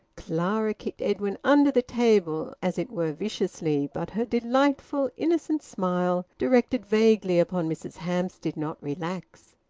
clara kicked edwin under the table, as it were viciously, but her delightful innocent smile, directed vaguely upon mrs hamps, did not relax.